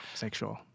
sexual